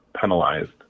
penalized